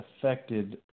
affected